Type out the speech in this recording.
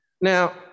Now